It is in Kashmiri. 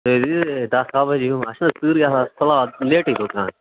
تُہۍ ییٖزیٚو دَہ کاہ بجے ہیٚوٗ اَز چھَنا تۭرے آسان أسۍ چھِ کھُلان لیٹے پہن دُوکان